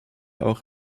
auch